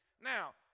Now